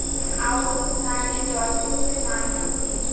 আউশ ধান এ জলসেচের মাধ্যম কি?